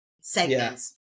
segments